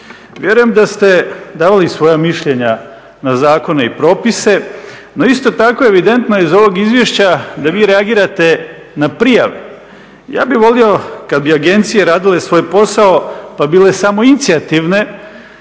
Vjerujem da ste davali svoja mišljenja na zakone i propise no isto tako evidentno je iz ovog izvješća da vi reagirate na prijave. Ja bih volio kad bi agencije radile svoj posao pa bile samoinicijativne